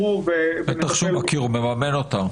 בטח שהוא מכיר, הוא מממן אותם.